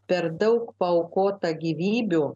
per daug paaukota gyvybių